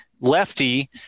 lefty